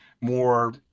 more